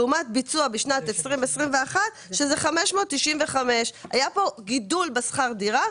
לעומת ביצוע בשנת 2021 שזה 595,000. היה פה גידול בשכר דירה.